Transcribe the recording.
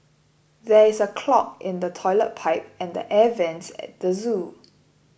there is a clog in the Toilet Pipe and Air Vents at the zoo